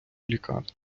лікарні